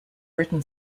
written